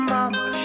Mama